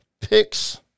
picks